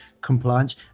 compliance